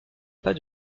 pas